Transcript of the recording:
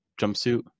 jumpsuit